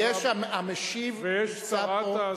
ויש שרת,